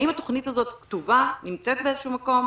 האם התוכנית הזו כתובה, נמצאת באיזשהו מקום?